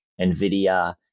NVIDIA